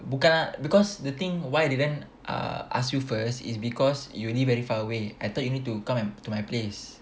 bukan because the thing why they don't want ah ask you first is because you live very far away I thought you need to come and to my place